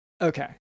okay